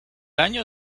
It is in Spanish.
año